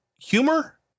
humor